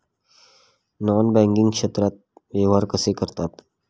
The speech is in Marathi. नॉन बँकिंग क्षेत्रात व्यवहार कसे करतात?